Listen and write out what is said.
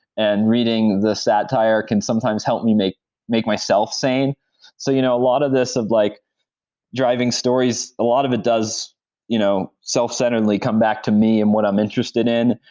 and reading the satire can sometimes help me make make myself sane so you know a lot of this of like driving stories, a lot of it does you know self-centeredly come back to me and what i'm interested in,